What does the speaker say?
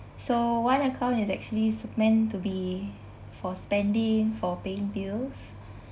so one account is actually sup~ meant to be for spending for paying bills